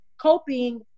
coping